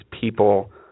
people